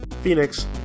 phoenix